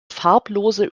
farblose